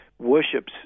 worships